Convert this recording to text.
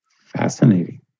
Fascinating